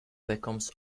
becomes